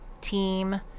team